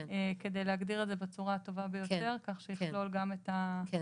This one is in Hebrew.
כדי להגדיר את זה בצורה הטובה ביותר כך שיכלול גם את -- כן,